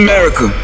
America